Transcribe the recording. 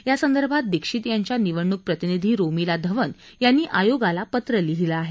यासंदर्भात दीक्षित यांच्या निवडणूक प्रतिनिधी रोमिला धवन यांनी आयोगाला पत्र लिहिलं आहे